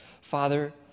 Father